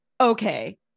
Okay